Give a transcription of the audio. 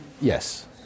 Yes